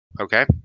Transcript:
okay